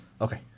Okay